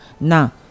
now